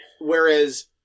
Whereas